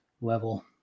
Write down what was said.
level